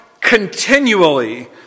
continually